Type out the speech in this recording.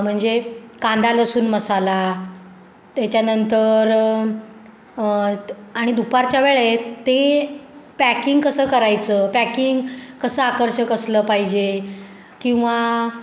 म्हणजे कांदा लसूण मसाला त्याच्यानंतर आणि दुपारच्या वेळेत ते पॅकिंग कसं करायचं पॅकिंग कसं आकर्षक असलं पाहिजे किंवा